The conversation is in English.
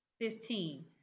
fifteen